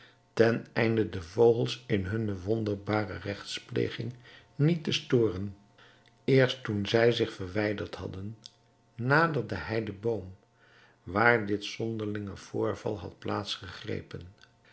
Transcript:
maken teneinde de vogels in hunne wonderbare regtspleging niet te storen eerst toen zij zich verwijderd hadden naderde hij den boom waar dit zonderlinge voorval had plaats gegrepen